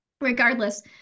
regardless